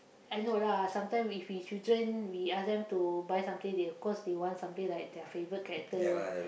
I know lah sometime if we children we ask them to buy something they of course they want something like their favourite character